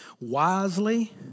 wisely